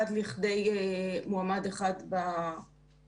עד לכדי מועמד אחד במכרז.